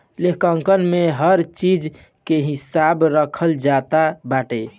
लेखांकन में हर चीज के हिसाब रखल जात बाटे